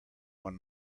one